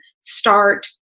start